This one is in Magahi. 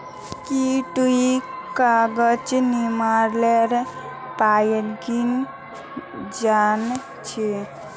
की तुई कागज निर्मानेर प्रक्रिया जान छि